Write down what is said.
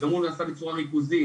וגם הוא נעשה בצורה ריכוזית,